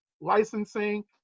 licensing